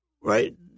Right